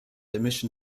emission